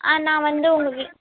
ஆ நான் வந்து உங்கள் வீ